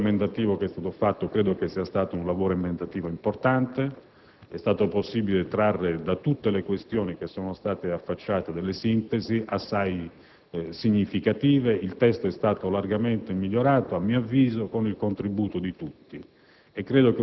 Il lavoro emendativo svolto credo che sia stato importante. È stato possibile trarre da tutte le questioni che sono state affacciate delle sintesi assai significative. Il testo è stato largamente migliorato, a mio avviso, con il contributo di tutti.